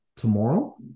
tomorrow